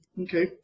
Okay